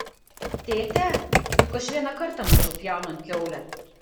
tėte juk aš vieną kartą mačiau pjaunant kiaulę